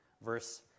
verse